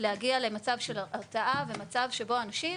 להגיע למצב של הרתעה, ולהגיע למצב שבו אנשים